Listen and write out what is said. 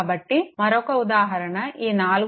కాబట్టి మరొక ఉదాహరణ ఈ 4